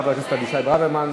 חבר הכנסת אבישי ברוורמן.